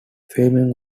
filming